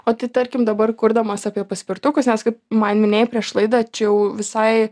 o tai tarkim dabar kurdamas apie paspirtukus nes kaip man minėjai prieš laidą čia jau visai